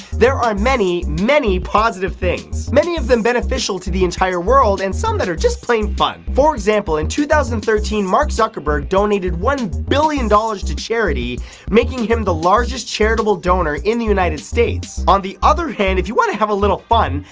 there are many, many positive things. many of them beneficial to the entire world and some that are just plain fun. for example, in two thousand and thirteen, mark zuckerberg donated one billion dollars to charity making him the largest charitable donor in the united states. on the other hand, if you want to have a little fun,